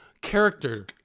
character